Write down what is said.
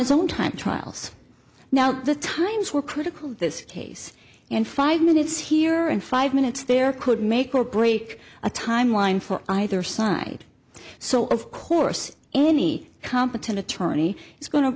some time trials now the times were critical of this case and five minutes here and five minutes there could make or break a timeline for either side so of course any competent attorney is go